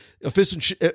efficiency